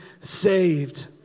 saved